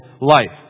life